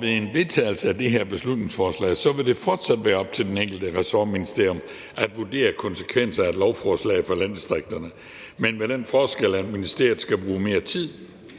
Med en vedtagelse af det her beslutningsforslag vil det fortsat være op til de enkelte ressortministerier at vurdere et lovforslags konsekvenser for landdistrikterne, men med den forskel, at ministerierne skal bruge mere tid,